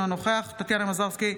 אינו נוכח טטיאנה מזרסקי,